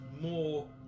more